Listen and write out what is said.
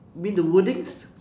you mean the wordings